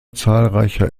zahlreicher